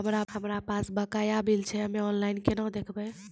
हमरा पास बकाया बिल छै हम्मे ऑनलाइन केना देखबै?